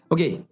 Okay